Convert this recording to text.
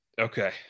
okay